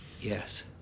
Yes